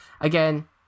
Again